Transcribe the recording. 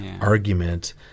argument